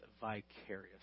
vicarious